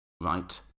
right